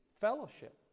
Fellowship